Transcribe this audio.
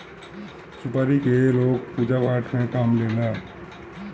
सुपारी के लोग पूजा पाठ में काम लेला